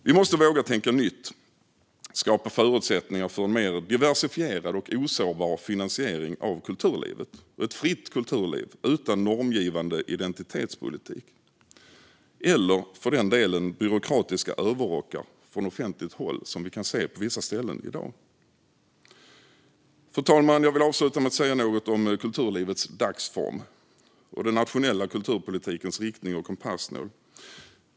Vi måste våga tänka nytt och skapa förutsättningar för en mer diversifierad och osårbar finansiering av kulturlivet och ett fritt kulturliv utan normgivande identitetspolitik eller, för den delen, byråkratiska överrockar från offentligt håll, som vi ser på vissa ställen i dag. Fru talman! Jag vill avsluta med att säga något om kulturlivets dagsform och den nationella kulturpolitikens riktning och kompassnål.